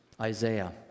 Isaiah